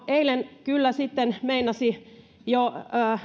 eilen kyllä sitten meinasi jo kahvi